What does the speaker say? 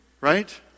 right